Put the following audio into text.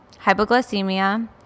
hypoglycemia